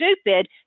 stupid